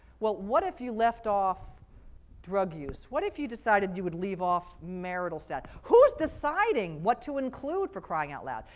what what if you left off drug use? what if you decided you would leave off marital status? who's deciding what to include, for crying out loud?